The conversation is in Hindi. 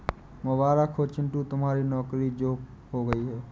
मुबारक हो चिंटू तुम्हारी नौकरी जो हो गई है